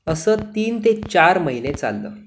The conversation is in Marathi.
असं तीन ते चार महिने चाललं